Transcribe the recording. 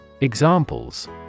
Examples